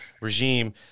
regime